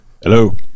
Hello